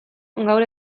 gaur